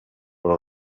però